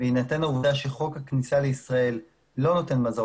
בהינתן העובדה שחוק הכניסה לישראל לא נותן מזור,